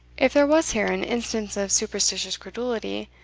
if there was here an instance of superstitious credulity,